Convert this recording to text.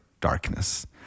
darkness